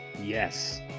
yes